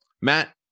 Matt